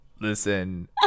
Listen